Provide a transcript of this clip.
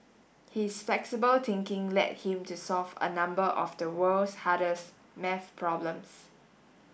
his flexible thinking led him to solve a number of the world's hardest maths problems